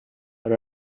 per